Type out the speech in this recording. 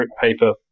paper